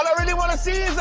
ah really wanna see